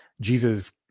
Jesus